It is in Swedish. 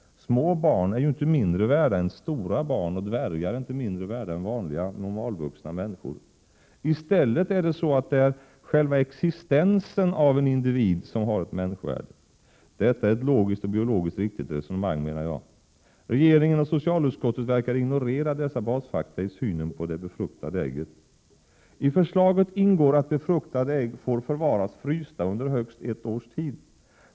Små barn är ju inte mindre värda än stora barn och dvärgar är inte mindre värda än vanliga normalvuxna människor. I stället är det så att det är själva existensen av en individ som har ett människovärde. Detta är ett logiskt och biologiskt riktigt resonemang, menar jag. Regeringen och socialutskottet verkar ignorera dessa basfakta i synen på det befruktade ägget. I förslaget ingår att befruktade ägg får förvaras frysta under högst ett års tid.